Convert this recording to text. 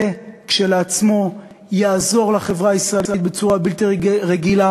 זה כשלעצמו יעזור לחברה הישראלית בצורה בלתי רגילה.